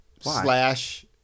Slash